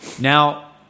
Now